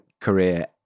career